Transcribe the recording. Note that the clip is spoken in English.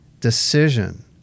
decision